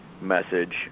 message